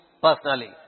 personally